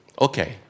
Okay